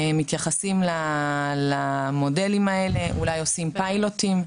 מתייחסים למודלים האלה, אולי עושים פיילוטים.